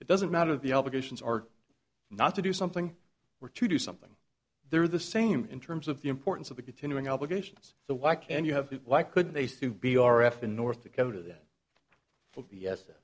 it doesn't matter the obligations are not to do something were to do something they're the same in terms of the importance of the continuing obligations so why can't you have the why couldn't they sue b r f in north dakota th